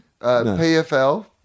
PFL